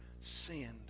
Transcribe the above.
sinned